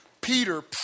Peter